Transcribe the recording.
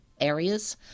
areas